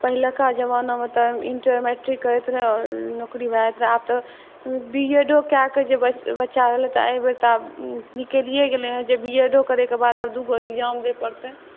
पहिलुका जमानामे तऽ इण्टर मैट्रिक करैत रहै आओर नौकरी भए जाइत रहै आब तऽ बीएडो कए के जे बच्चा एलै तऽ एहिबेर तऽ आब निकलिए गेलै हेँ जे बीएडो करैके बाद आब दूगो एग्जाम देबय पड़तै